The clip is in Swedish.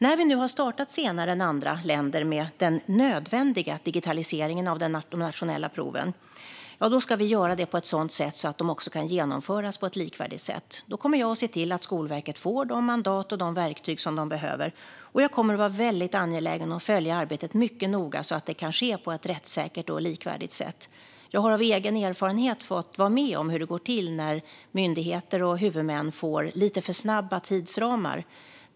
När vi nu har startat senare än andra länder med den nödvändiga digitaliseringen av de nationella proven ska vi göra den på ett sådant sätt att de kan genomföras på ett likvärdigt sätt. Jag kommer att se till att Skolverket får de mandat och de verktyg de behöver, och jag kommer att vara väldigt angelägen och följa arbetet mycket noga så att det sker på ett rättssäkert och likvärdigt sätt. Jag har egen erfarenhet av hur det går till när myndigheter och huvudmän får lite för snäva tidsramar.